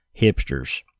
Hipsters